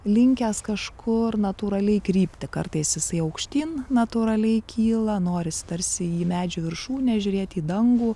linkęs kažkur natūraliai krypti kartais jisai aukštyn natūraliai kyla norisi tarsi į medžio viršūnę žiūrėti į dangų